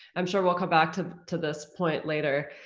i'm sure we'll come back to to this point later.